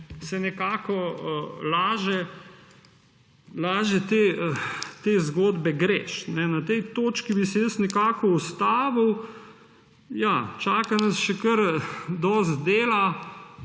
se laže te zgodbe greš. Na tej točki bi se jaz ustavil. Čaka nas še kar dosti dela.